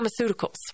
pharmaceuticals